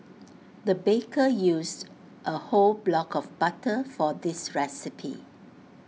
the baker used A whole block of butter for this recipe